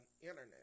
internet